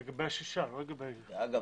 אגב,